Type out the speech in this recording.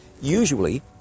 usually